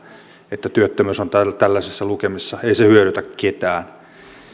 että työttömyys on tällaisissa lukemissa ei se hyödytä ketään